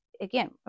again